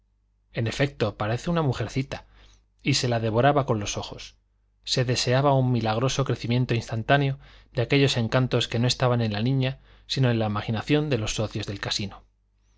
en efecto parece una mujercita y se la devoraba con los ojos se deseaba un milagroso crecimiento instantáneo de aquellos encantos que no estaban en la niña sino en la imaginación de los socios del casino